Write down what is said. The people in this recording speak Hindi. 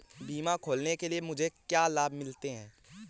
बीमा खोलने के लिए मुझे क्या लाभ मिलते हैं?